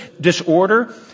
disorder